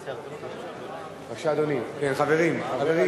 התשע"ב 2012, של חברי